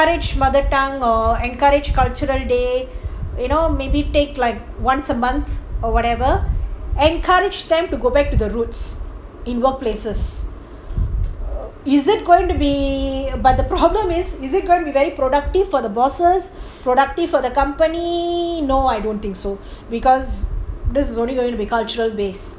encouraged mother tongue or encourage cultural day you know maybe take like once a month or whatever encourage them to go back to the roots in workplaces is it going to be but the problem is is it gonna be very productive for the bosses productive for the company no I don't think so because this is only going to be cultural base